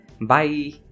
Bye